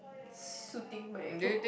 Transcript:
suiting my